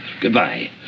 Goodbye